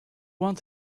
want